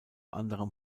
anderem